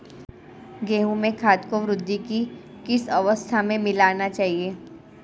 गेहूँ में खाद को वृद्धि की किस अवस्था में मिलाना चाहिए?